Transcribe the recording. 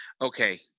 okay